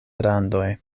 randoj